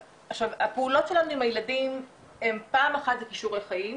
הפעולות שלנו עם הילדים זה פעם אחת כישורי חיים,